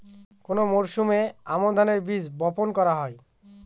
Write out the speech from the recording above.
কোন মরশুমে আমন ধানের বীজ বপন করা হয়?